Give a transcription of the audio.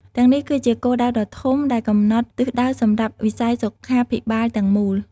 ទាំងនេះគឺជាគោលដៅដ៏ធំដែលកំណត់ទិសដៅសម្រាប់វិស័យសុខាភិបាលទាំងមូល។